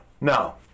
No